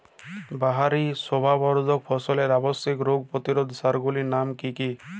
বাহারী শোভাবর্ধক ফসলের আবশ্যিক রোগ প্রতিরোধক সার গুলির নাম কি কি?